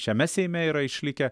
šiame seime yra išlikę